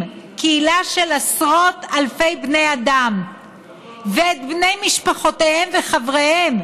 קהילה של עשרות אלפי בני אדם ואת בני משפחותיהם וחבריהם,